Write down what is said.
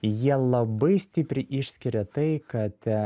jie labai stipriai išskiria tai kad